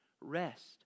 rest